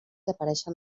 apareixen